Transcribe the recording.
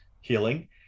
healing